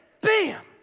bam